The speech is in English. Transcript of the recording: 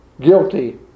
Guilty